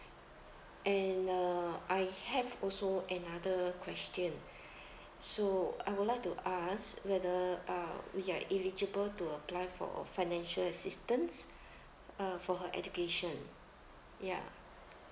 and uh I have also another question so I would like to ask whether uh we are eligible to apply for financial assistance uh for her education ya